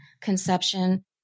conception